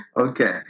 Okay